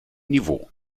niveau